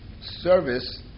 service